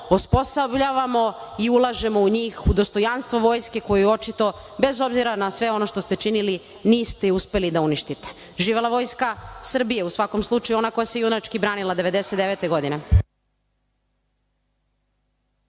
osposobljavamo i ulažemo u njih u dostojanstvo vojske, koju očito, bez obzira na sve ono što ste činili, niste uspeli da je uništite. Živela vojska Srbije u svakom slučaju, ona koja se junački branila 1999. godine.